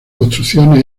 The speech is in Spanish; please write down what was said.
construcciones